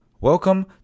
Welcome